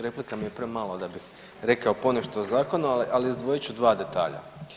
Replika mi je premalo da bih rekao ponešto o Zakonu, ali izdvojit ću dva detalja.